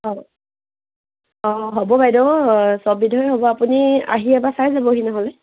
অঁ অঁ হ'ব বাইদেউ সববিধৰে হ'ব আপুনি আহি এবাৰ চাই যাবহি নহ'লে